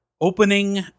Opening